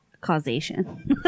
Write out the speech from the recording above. causation